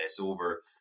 over